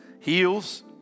Heals